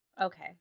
Okay